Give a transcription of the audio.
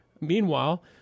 Meanwhile